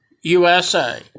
USA